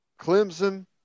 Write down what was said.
Clemson